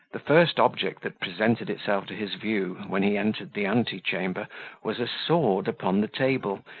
the first object that presented itself to his view, when he entered the antechamber, was a sword upon the table,